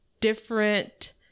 different